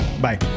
Bye